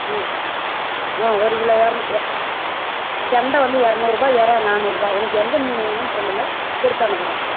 ம் ஆ ஒரு கிலோ இரநூ எ கெண்டை வந்து இரநூறுபா இறா நானூறுரூபா உனக்கு எந்த மீன் வேணுன்னு சொல்லுங்கள் கொடுத்து அனுப்புகிறேன்